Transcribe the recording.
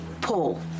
Paul